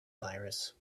virus